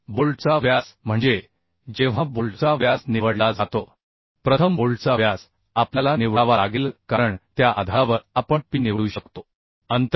बोल्टचा व्यास म्हणजे जेव्हा बोल्टचा व्यास निवडला जातो प्रथम बोल्टचा व्यास आपल्याला निवडावा लागेल कारण त्या आधारावर आपण p अंतरनिवडू शकतो आणि h अंतर